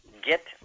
get